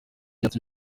bati